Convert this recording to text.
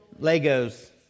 Legos